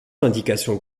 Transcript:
indication